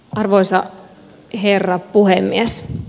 arvoisa herra puhemies